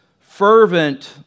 fervent